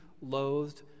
loathed